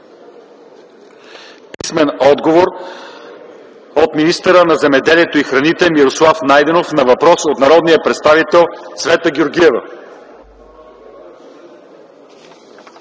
Писмен отговор от министъра на земеделието и храните Мирослав Найденов на въпрос от народния представител Цвета Георгиева.